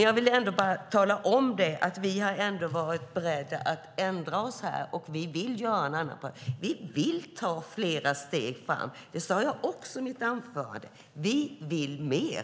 Jag vill tala om att vi ändå varit beredda att ändra oss här. Vi vill ta flera steg framåt. Det sade jag också i mitt anförande. Vi vill mer.